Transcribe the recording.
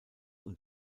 und